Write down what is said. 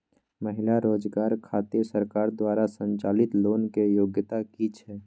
महिला रोजगार खातिर सरकार द्वारा संचालित लोन के योग्यता कि छै?